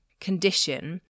Condition